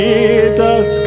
Jesus